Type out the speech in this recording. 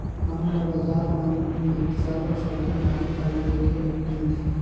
हमन ल बजार मन में सरलग सब्जी भाजी घलो देखे ले मिलथे